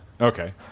Okay